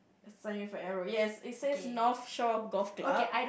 sign you for arrow yes it says North Shore Golf Club